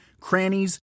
crannies